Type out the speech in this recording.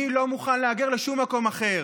אני לא מוכן להגר לשום מקום אחר.